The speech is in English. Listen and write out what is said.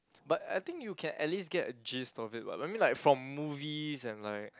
but I think you can at least get a gist of it [what] I I mean like from movies and like